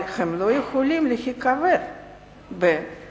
אבל הם לא יכולים להיקבר בקפריסין.